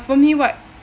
for me what